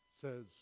says